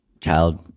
child